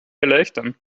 erleichtern